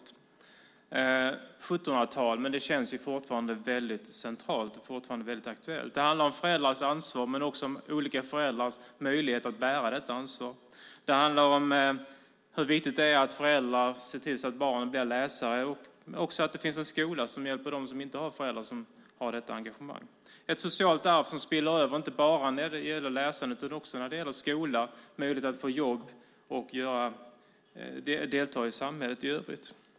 Det var på 1700-talet, men det känns fortfarande väldigt centralt och aktuellt. Det handlar om föräldrars ansvar men också om olika föräldrars möjlighet att bära detta ansvar. Det handlar om hur viktigt det är att föräldrar ser till att barnen blir läsare och också att det finns en skola som hjälper dem som inte har föräldrar som har detta engagemang. Det är ett socialt arv som spiller över inte bara när det gäller läsande utan också när det gäller skola, möjligheter att få jobb och delta i samhället i övrigt.